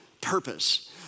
purpose